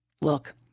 Look